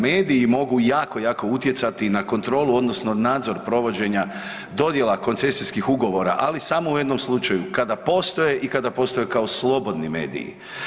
Mediji mogu jako, jako utjecati na kontrolu odnosno nadzor provođenja dodjela koncesijskih ugovora, ali samo u jednom slučaju, kada postoje i kada postaju kao slobodni mediji.